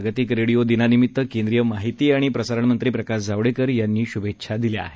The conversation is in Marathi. जागतिक रेडिओ दिनानिमित्त केंद्रीय माहिती आणि प्रसारणमंत्री प्रकाश जावडेकरांनी आज श्भेच्छा दिल्या आहेत